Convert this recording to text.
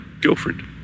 girlfriend